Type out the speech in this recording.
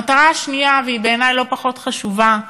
המטרה השנייה, ובעיני היא לא פחות חשובה,